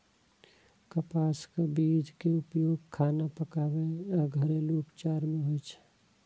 कपासक बीज के उपयोग खाना पकाबै आ घरेलू उपचार मे होइ छै